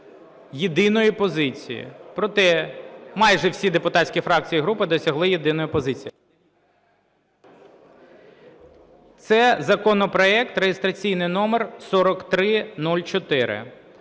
єдиної позиції про те… майже всі депутатські фракції і групи досягли єдиної позиції. Це законопроект (реєстраційний номер 4304)